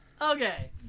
okay